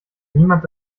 niemand